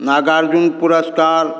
नागार्जुन पुरस्कार